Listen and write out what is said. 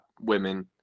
women